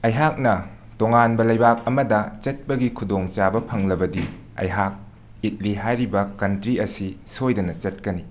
ꯑꯩꯍꯥꯛꯅ ꯇꯣꯉꯥꯟꯕ ꯂꯩꯕꯥꯛ ꯑꯃꯗ ꯆꯠꯄꯒꯤ ꯈꯨꯗꯣꯡꯆꯥꯕ ꯐꯪꯂꯕꯗꯤ ꯑꯩꯍꯥꯛ ꯏꯠꯂꯤ ꯍꯥꯏꯔꯤꯕ ꯀꯟꯇ꯭ꯔꯤ ꯑꯁꯤ ꯁꯣꯏꯗꯅ ꯆꯠꯀꯅꯤ